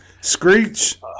Screech